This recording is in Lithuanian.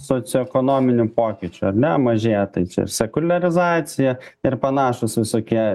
socioekonominių pokyčių ar ne mažėja tai čia sekuliarizacija ir panašūs visokie